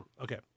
Okay